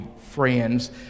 friends